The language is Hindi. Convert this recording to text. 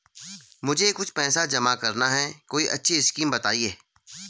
मुझे कुछ पैसा जमा करना है कोई अच्छी स्कीम बताइये?